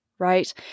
Right